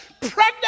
pregnant